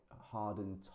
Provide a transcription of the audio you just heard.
hardened